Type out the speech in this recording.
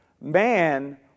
Man